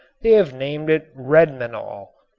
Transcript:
they have named it redmanol.